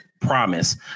promise